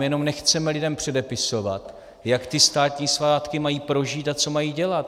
Jenom nechceme lidem předepisovat, jak ty státní svátky mají prožít a co mají dělat.